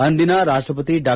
ಅಂದಿನ ರಾಷ್ಟಪತಿ ಡಾ